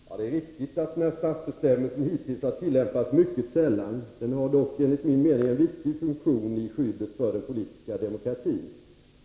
Herr talman! Ja, det är riktigt att den här straffbestämmelsen hittills har tillämpats mycket sällan. Den har dock enligt min mening en viktig funktion när det gäller skyddet för den politiska demokratin.